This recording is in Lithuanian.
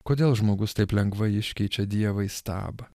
kodėl žmogus taip lengvai iškeičia dievą į stabą